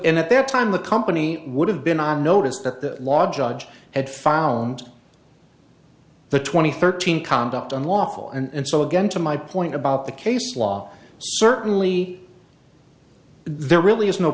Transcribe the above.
in at their time the company would have been on notice that the law judge had found the twenty thirteen conduct unlawful and so again to my point about the case law certainly there really is no